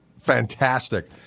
fantastic